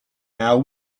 now